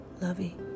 lovey